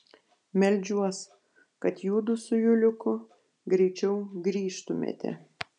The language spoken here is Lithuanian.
meldžiuos kad judu su juliuku greičiau grįžtumėte